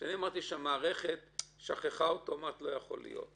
כשאני אמרתי שהמערכת שכחה אותו אמרת שלא יכול להיות.